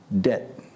debt